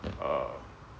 err